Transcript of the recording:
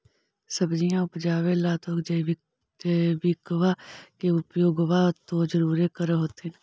सब्जिया उपजाबे ला तो जैबिकबा के उपयोग्बा तो जरुरे कर होथिं?